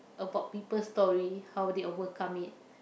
about people story how they overcome it